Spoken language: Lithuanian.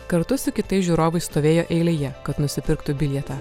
kartu su kitais žiūrovais stovėjo eilėje kad nusipirktų bilietą